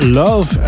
love